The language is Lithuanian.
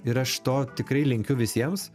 ir aš to tikrai linkiu visiems